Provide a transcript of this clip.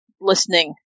listening